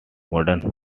modern